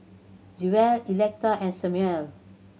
Jewell Electa and Samuel